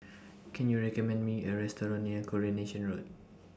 Can YOU recommend Me A Restaurant near Coronation Road